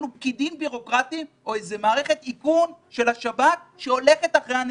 פקידים בירוקרטיים או איזו מערכת איכון של השב"כ שהולכת אחרי הנקודות.